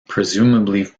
presumably